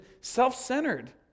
self-centered